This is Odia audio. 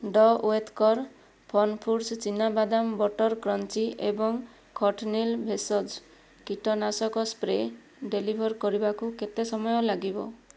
ଡ ଓଟ୍କର୍ ଫନ୍ଫୁଡ଼୍ସ୍ ଚିନା ବାଦାମ ବଟର୍ କ୍ରଞ୍ଚି ଏବଂ ଖଟ୍ନିଲ୍ ଭେଷଜ କୀଟନାଶକ ସ୍ପ୍ରେ ଡେଲିଭର୍ କରିବାକୁ କେତେ ସମୟ ଲାଗିବ